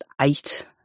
eight